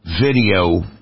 video